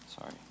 Sorry